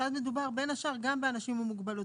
שאז מדובר בין השאר גם באנשים עם מוגבלות.